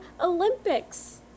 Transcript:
Olympics